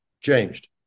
changed